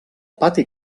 pati